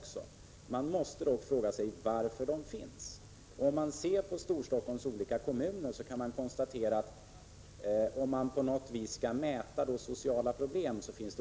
Man måste dock fråga sig varför sådana finns. Det finns olika sätt att mäta sociala problem.